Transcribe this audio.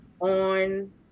on